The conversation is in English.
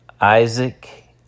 Isaac